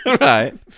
right